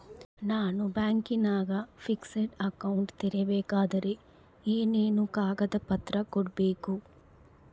ನಾನು ಬ್ಯಾಂಕಿನಾಗ fixed account ತೆರಿಬೇಕಾದರೆ ಏನೇನು ಕಾಗದ ಪತ್ರ ಕೊಡ್ಬೇಕು?